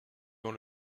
dans